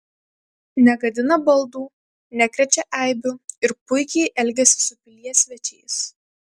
negadina baldų nekrečia eibių ir puikiai elgiasi su pilies svečiais